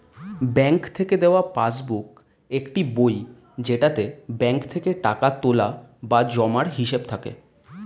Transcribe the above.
bank থেকে দেওয়া passbook একটি বই যেটাতে ব্যাঙ্ক থেকে টাকা তোলা বা জমার হিসাব থাকে